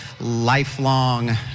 Lifelong